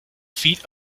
feet